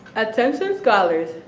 attention scholars,